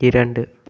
இரண்டு